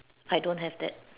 I don't have that